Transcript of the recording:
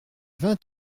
vingt